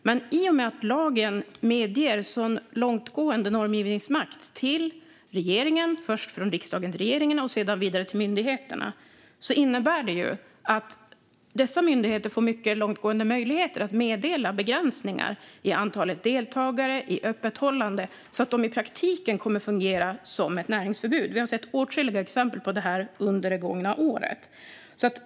Men i och med att lagen medger en så långtgående normgivningsmakt först från riksdagen till regeringen och sedan vidare till myndigheterna innebär det att dessa myndigheter får mycket långtgående möjligheter att meddela begränsningar när det gäller antalet deltagare och öppethållande så att dessa begränsningar i praktiken kommer att fungera som ett näringsförbud. Vi har sett åtskilliga exempel på detta under det gångna året.